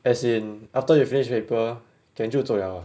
as in after you finish paper then 就走了 ah